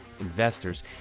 investors